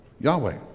Yahweh